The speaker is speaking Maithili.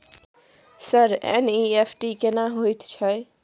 सर एन.ई.एफ.टी केना होयत छै?